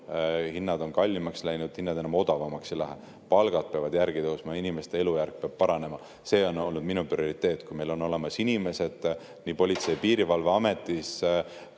hinnad on kallimaks läinud, hinnad enam odavamaks ei lähe, palgad peavad järgi tõusma, inimeste elujärg peab paranema, see on olnud minu prioriteet. Kui meil on olemas inimesed Politsei‑ ja Piirivalveametis,